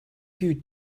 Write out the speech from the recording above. you